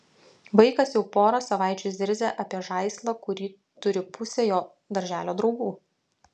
vaikas jau porą savaičių zirzia apie žaislą kurį turi pusė jo darželio draugų